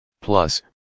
Plus